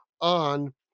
On